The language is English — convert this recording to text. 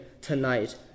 tonight